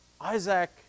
Isaac